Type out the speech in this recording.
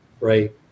right